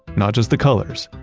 not just the colors,